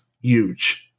huge